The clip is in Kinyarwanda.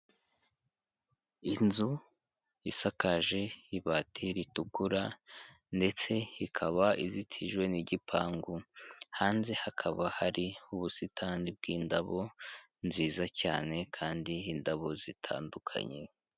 Inzu isakaje ibati ritukura ndetse ikaba izitijwe n'igipangu, hanze hakaba hari ubusitani bw'indabo nziza cyane kandi indabo zitandukanye.